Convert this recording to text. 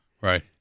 right